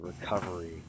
recovery